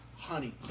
honey